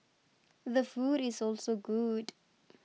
the food is also good